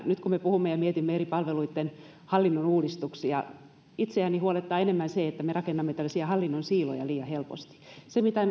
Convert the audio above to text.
nyt kun me puhumme ja mietimme eri palveluitten hallinnonuudistuksia itseäni huolettaa enemmän se että me rakennamme tällaisia hallinnon siiloja liian helposti se mitä